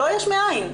לא יש מאין,